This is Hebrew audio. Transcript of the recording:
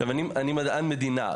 אני מדען מדינה,